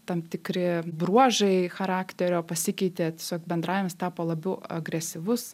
tam tikri bruožai charakterio pasikeitė tiesiog bendravimas tapo labiau agresyvus